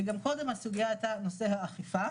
וגם קודם הסוגיה הייתה נושא האכיפה.